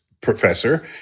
professor